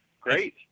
Great